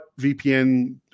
VPN